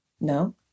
No